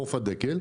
חוף הדקל,